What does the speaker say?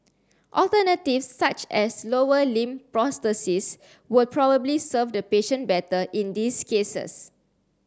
alternatives such as lower limb prosthesis will probably serve the patient better in these cases